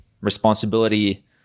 responsibility